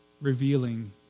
revealing